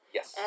Yes